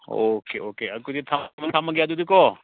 okay okay ꯑꯗꯨꯗꯤ ꯊꯝꯃꯒꯦ ꯑꯗꯨꯗꯤꯀꯣ